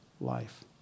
life